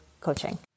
Coaching